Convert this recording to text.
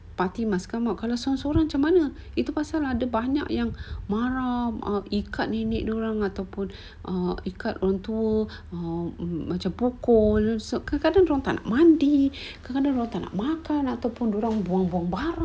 party must come out kalau seorang seorang macam mana itu pasal ada banyak yang marah ikat nenek dia orang ataupun ah ikat orang tua um macam pukul sebab kadang-kadang dia orang tak nak mandi kadang-kadang tak nak makan ataupun dia orang buang-buang barang